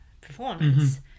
performance